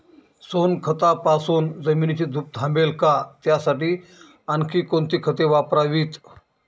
सोनखतापासून जमिनीची धूप थांबेल का? त्यासाठी आणखी कोणती खते वापरावीत?